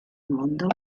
mondo